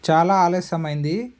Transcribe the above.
చాలా ఆలస్యమైంది